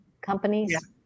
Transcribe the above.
companies